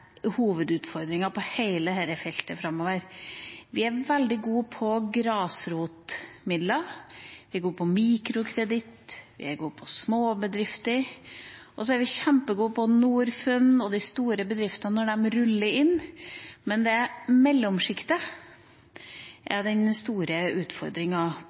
på hele dette feltet framover. Vi er veldig gode på grasrotmidler, vi er gode på mikrokreditt, vi er gode på småbedrifter, og så er vi kjempegode på Norfund og de store bedriftene når de ruller inn. Men det er mellomsjiktet som er den store utfordringa